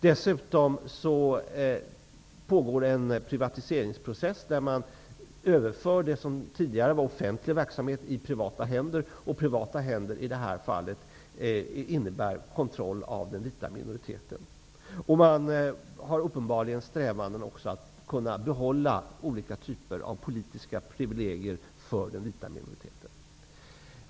Dessutom pågår det en privatiseringsprocess där man överför det som tidigare var offentlig verksamhet i privata händer, och privata händer innebär i det här fallet kontroll av den vita minoriteten. Man har uppenbarligen också strävanden att behålla olika typer av politiska privilegier för den vita minoriteten.